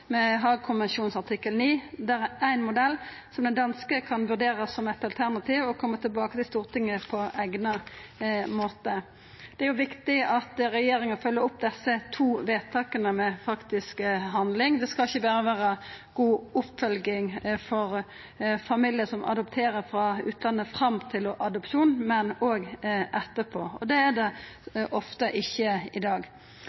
med Haag-konvensjonen artikkel 9, der éin modell, som den danske, kan vurderast som eit alternativ, og koma tilbake til Stortinget på eigna måte. Det er òg viktig at regjeringa følgjer opp desse to vedtaka med faktisk handling. Det skal ikkje berre vera god oppfølging for familiar som adopterer frå utlandet, fram til adopsjon, men òg etterpå. Det er det ofte ikkje i dag.